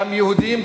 גם יהודים,